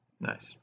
Nice